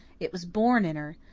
it was born in her.